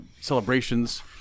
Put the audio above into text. celebrations